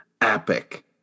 epic